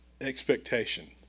expectation